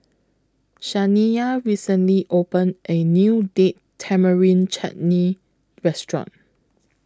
Shaniya recently opened A New Date Tamarind Chutney Restaurant